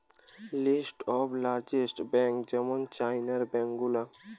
list of largest bank যেমন চাইনার bank গুলা